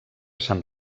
sant